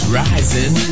rising